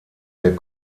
der